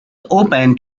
open